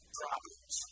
problems